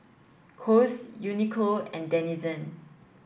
Kose Uniqlo and Denizen